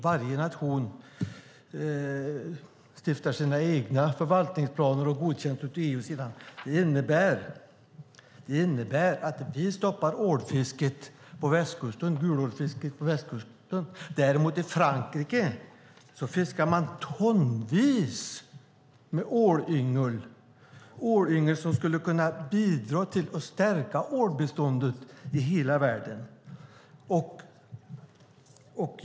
Varje nation stiftar sina egna förvaltningsplaner som godkänns i EU sedan. Det innebär att vi stoppar gulålfisket på västkusten. I Frankrike däremot fiskar man tonvis med ålyngel som skulle kunna bidra till att stärka ålbeståndet i hela världen.